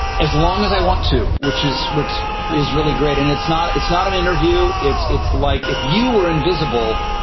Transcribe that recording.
as long as i want to, which is what is really great. and it's not it's not an interview. it's it's like if you were invisible,